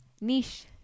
niche